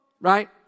right